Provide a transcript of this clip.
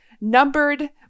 numbered